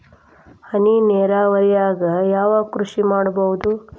ಹನಿ ನೇರಾವರಿ ನಾಗ್ ಯಾವ್ ಕೃಷಿ ಮಾಡ್ಬೋದು?